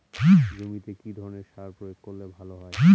জমিতে কি ধরনের সার প্রয়োগ করলে ভালো হয়?